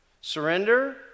Surrender